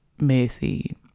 messy